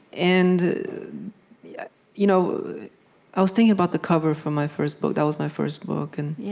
and yeah you know i was thinking about the cover for my first book that was my first book. and yeah